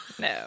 No